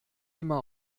immer